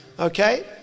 Okay